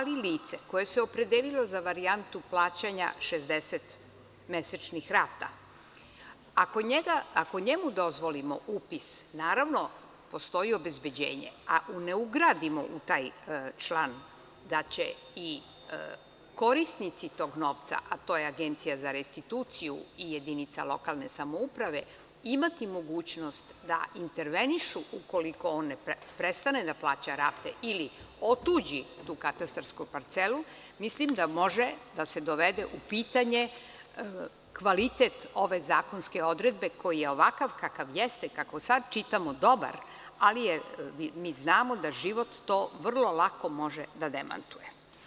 Lice koje se opredelilo za varijantu plaćanja 60 mesečnih rata, ako njemu dozvolimo upis, naravno postoji obezbeđenje, a ne ugradimo u taj član da će i korisnici tog novca, a to je Agencija za restituciju i jedinica lokalne samouprave, imati mogućnost da intervenišu ukoliko on ne prestane da plaća rate ili otuđi tu katastarsku parcelu, mislim da može da se dovede u pitanje kvalitet ove zakonske odredbe, koji je ovakav kakav jeste, kako sad čitamo, dobar, ali mi znamo da život to vrlo lako može da demantuje.